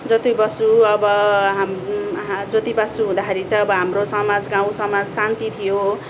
ज्योति बसु अब हाम ज्योति बसु हुँदाखेरि चाहिँ अब हाम्रो समाज गाउँ समाज शान्ति थियो